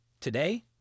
Today